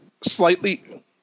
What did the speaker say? slightly